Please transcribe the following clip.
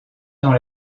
dans